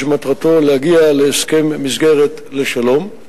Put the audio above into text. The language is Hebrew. שמטרתו להגיע להסכם מסגרת לשלום.